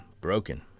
broken